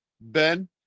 Ben